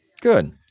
good